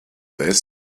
this